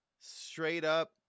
straight-up